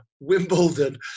Wimbledon